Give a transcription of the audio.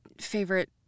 favorite